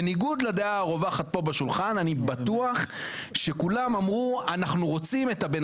בניגוד לדעה הרווחת פה בשולחן אני בטוח שכולם אמרו שהם רוצים את הבן